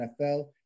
NFL